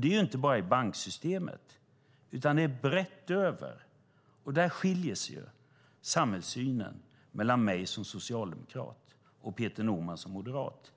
Det är inte bara i banksystemet, utan det är brett över. Där skiljer sig samhällssynen mellan mig som socialdemokrat och Peter Norman som moderat.